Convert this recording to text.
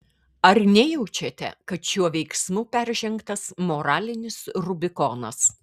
ar nejaučiate kad šiuo veiksmu peržengtas moralinis rubikonas